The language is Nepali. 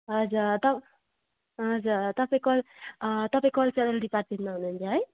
हजुर त हजुर तपाईँको तपाईँ कल्चरल डिपार्टमेन्टमा हुनु हुन्छ है